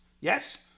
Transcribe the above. yes